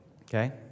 Okay